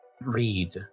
Read